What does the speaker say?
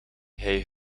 hij